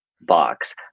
box